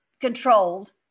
controlled